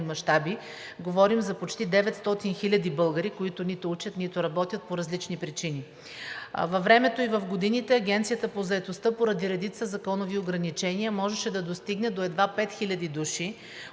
мащаби. Говорим за почти 900 хиляди българи, които нито учат, нито работят по различни причини. Във времето и в годините Агенцията по заетостта поради редица законови ограничения можеше да достигне до едва 5 хиляди